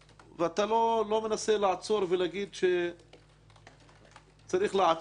ואתה לא מנסה לעצור ולומר שצריך לעצור,